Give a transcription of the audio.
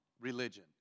religion